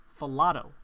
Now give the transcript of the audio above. Falato